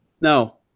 No